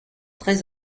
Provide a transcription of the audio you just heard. très